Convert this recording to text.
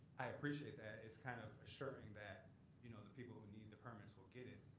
i appreciate that it's kind of assuring that you know the people who need the permits will get it.